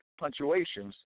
punctuations